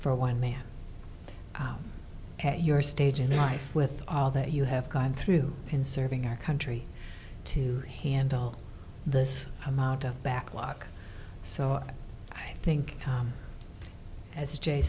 for one man at your stage in life with all that you have gone through in serving our country to handle this amount of backlog so i think as j